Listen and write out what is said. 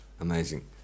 Amazing